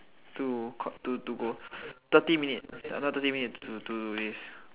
to con~ to to go thirty minutes not not thirty minutes to do this